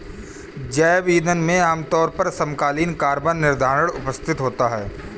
जैव ईंधन में आमतौर पर समकालीन कार्बन निर्धारण उपस्थित होता है